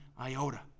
iota